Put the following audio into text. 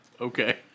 Okay